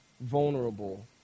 vulnerable